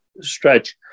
stretch